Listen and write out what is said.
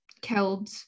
killed